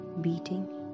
beating